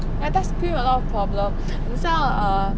ya touch screen a lot problems 你知道 err